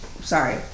Sorry